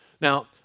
Now